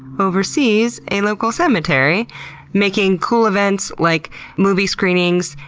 oversees a local cemetery making cool events like movie screenings.